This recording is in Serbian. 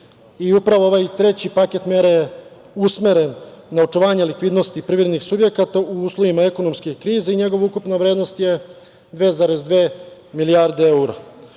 Upravo ovaj treći paket mera je usmeren na očuvanje likvidnosti privrednih subjekata u uslovima ekonomske krize i njegova ukupna vrednost je 2,2 milijarde evra. Ovim